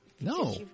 No